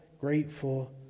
grateful